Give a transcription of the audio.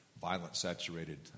violent-saturated